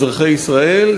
אזרחי ישראל,